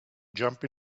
jump